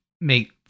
make